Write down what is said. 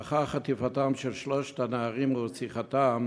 לאחר חטיפתם של שלושת הנערים ורציחתם